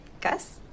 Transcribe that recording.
Gus